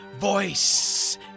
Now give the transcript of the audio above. voice